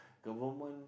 the woman